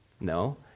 No